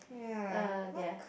err there are